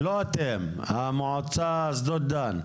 לא אתם, שדות דן.